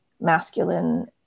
masculine